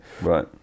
Right